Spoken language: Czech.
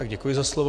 Děkuji za slovo.